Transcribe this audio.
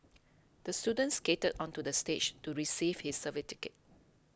the student skated onto the stage to receive his certificate